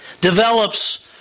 develops